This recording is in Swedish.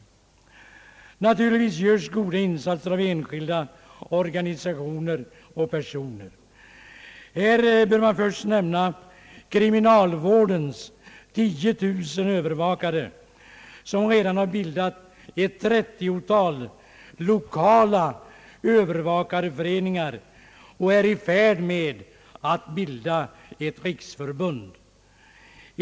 Naturligtvis göres goda insatser av enskilda organisationer och personer. Här vill jag först nämna kriminalvår dens 10 000 övervakare som redan bildat ett 30-tal lokala övervakarföreningar och är i färd med att bilda ett riksförbund.